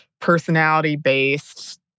personality-based